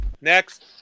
Next